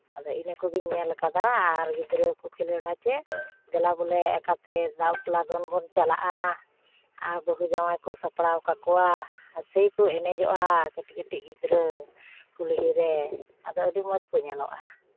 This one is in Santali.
ᱟᱫᱚ ᱤᱱᱟᱹ ᱠᱚᱜᱮᱧ ᱧᱮᱞ ᱠᱟᱫᱟ ᱟᱨ ᱜᱤᱫᱽᱨᱟᱹ ᱠᱚ ᱠᱷᱮᱞᱳᱰᱟ ᱪᱮᱫ ᱫᱮᱞᱟ ᱵᱚᱞᱮ ᱚᱠᱟᱛᱮ ᱫᱟᱜ ᱵᱟᱯᱞᱟ ᱫᱚᱱ ᱵᱚᱱ ᱪᱟᱞᱟᱜᱼᱟ ᱟᱨ ᱵᱟᱹᱦᱩ ᱡᱟᱶᱟᱭ ᱠᱚ ᱥᱟᱯᱲᱟᱣ ᱠᱟᱠᱚᱣᱟ ᱟᱨ ᱥᱮᱭ ᱠᱚ ᱮᱱᱮᱡᱚᱜᱼᱟ ᱠᱟᱹᱴᱤᱡ ᱠᱟᱹᱴᱤᱡ ᱜᱤᱫᱽᱨᱟᱹ ᱠᱩᱠᱦᱤ ᱨᱮ ᱟᱫᱚ ᱟᱹᱰᱤ ᱢᱚᱡᱽ ᱠᱚ ᱧᱮᱞᱚᱜᱼᱟ